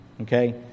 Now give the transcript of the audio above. okay